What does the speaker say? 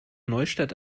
neustadt